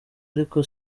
ariko